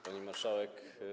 Pani Marszałek!